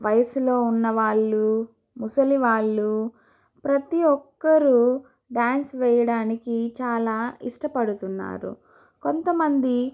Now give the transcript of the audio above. వయసులో ఉన్న వాళ్ళు ముసలివాళ్ళు ప్రతి ఒక్కరు డాన్స్ వెయ్యడానికి చాలా ఇష్టపడుతున్నారు కొంతమంది